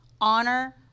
honor